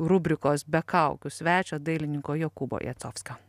rubrikos be kaukių svečio dailininko jokūbo jacovskio